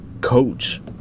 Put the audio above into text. coach